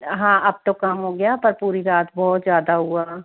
हाँ अब तो कम हो गया पर पूरी रात बहुत ज़्यादा हुआ